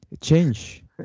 change